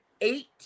eight